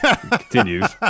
continues